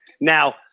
Now